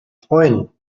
freuen